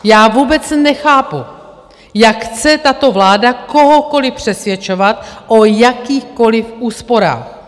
Já vůbec nechápu, jak chce tato vláda kohokoliv přesvědčovat o jakýchkoliv úsporách.